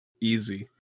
easy